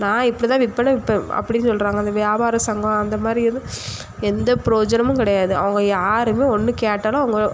நான் இப்படிதான் விற்பேனா விற்பேன் அப்படின் சொல்லுறாங்க அந்த வியாபார சங்கம் அந்தமாதிரி ஏதுவும் எந்த புரோஜனமும் கிடையாது அவங்க யாருமே ஒன்று கேட்டாலும் அவங்க